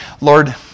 Lord